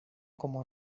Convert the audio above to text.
como